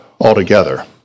altogether